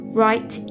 right